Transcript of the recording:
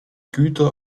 güter